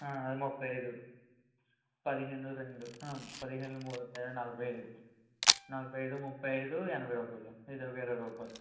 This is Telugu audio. అది ముప్పై అయిదు పదిహేన్లు రెండు పదిహేన్లు మూడు నలభై అయిదు నలభై అయిదు ముప్పై అయిదు ఎనభై రూపాయలు ఇది ఒక ఇరవై రూపాయలు